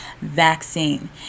vaccine